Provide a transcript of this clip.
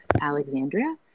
Alexandria